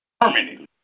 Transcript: Permanently